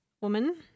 woman